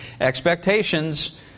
Expectations